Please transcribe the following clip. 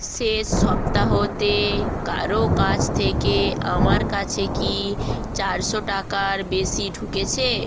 শেষ সপ্তাহতে কারো কাছ থেকে আমার কাছে কি চারশো টাকার বেশি ঢুকেছে